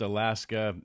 Alaska